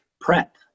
prep